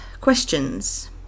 questions